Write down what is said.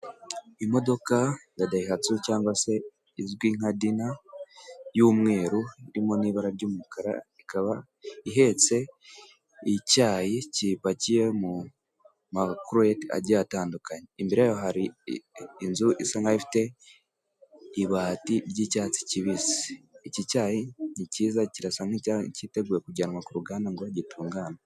Imodoka ya dayihatsu cyangwa se izwi nka dina y'umweru irimo n'ibara ry'umukara, ikaba ihetse icyayi gipakiye mu makurete agiye atandukanye. Imbere yayo hari inzu isa nk'aho ifite ibati ry'icyatsi kibisi. Iki cyayi ni cyiza , kirasa nk'icyayi cyiteguye kujyanwa ku ruganda ngo gitunganwe.